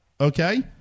Okay